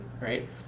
right